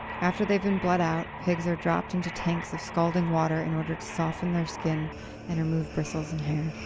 after they've been bled out, pigs are dropped into tanks of scalding water in order to soften their skin and remove bristles and hair.